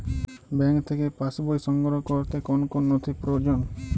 Bank থেকে pass বই সংগ্রহ করতে কোন কোন নথি প্রয়োজন?